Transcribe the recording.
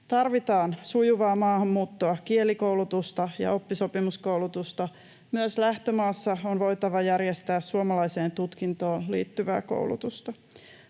Tarvitaan sujuvaa maahanmuuttoa, kielikoulutusta ja oppisopimuskoulutusta. Myös lähtömaassa on voitava järjestää suomalaiseen tutkintoon liittyvää koulutusta.